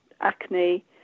acne